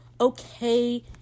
okay